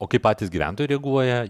o kaip patys gyventojai reaguoja